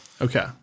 Okay